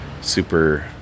super